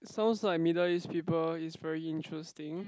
sounds like Middle East people is very interesting